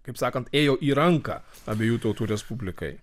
kaip sakant ėjo į ranką abiejų tautų respublikai